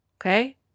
Okay